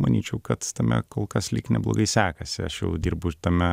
manyčiau kad tame kol kas lyg neblogai sekasi aš jau dirbu tame